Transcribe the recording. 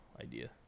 idea